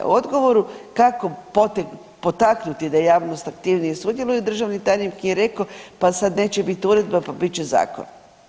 U odgovoru kako potaknuti da javnost aktivnije sudjeluje državni tajnik je rekao pa sad neće bit uredba, pa bit će zakon.